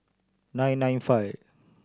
nine nine five